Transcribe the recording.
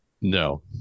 No